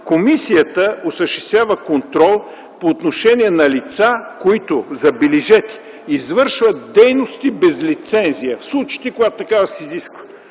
„Комисията осъществява контрол по отношение на лица, които” забележете, „извършват дейности без лицензия в случаите, когато такава се изисква.”